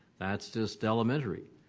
that's just elementary.